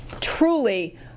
truly